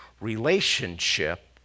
relationship